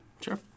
sure